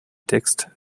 texte